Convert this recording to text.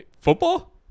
football